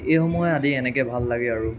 সেইসমূহে আদি এনেকৈ ভাল লাগে আৰু